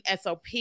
SOP